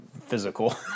physical